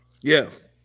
Yes